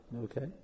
Okay